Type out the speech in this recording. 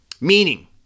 Meaning